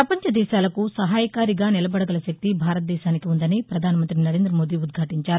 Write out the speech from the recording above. ప్రపంచ దేశాలకు సహాయకారిగా నిలబడగల శక్తి భారతదేశానికి ఉందని ప్రధానమంత్రి నరేంద్రమోదీ ఉదాటించారు